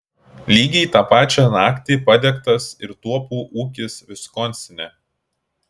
lygiai tą pačią naktį padegtas ir tuopų ūkis viskonsine